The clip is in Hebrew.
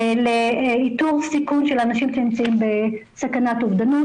לאיתור סיכון של אנשים שנמצאים בסכנת אובדנות.